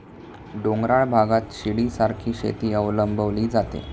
डोंगराळ भागात शिडीसारखी शेती अवलंबली जाते